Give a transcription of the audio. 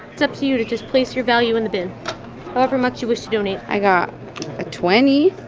it's up to you to just place your value in the bin however much you wish to donate i got a twenty,